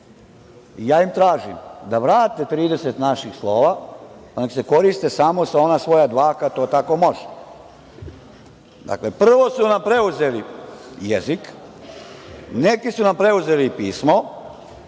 i ja im tražim da vrate 30 naših slova, znači da se koriste samo sa ona svoja dva, kad to tako može. Dakle, prvo su nam preuzeli jezik, neki su nam preuzeli pismo